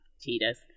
cheetahs